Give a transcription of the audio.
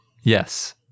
yes